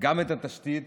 התשתית